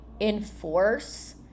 enforce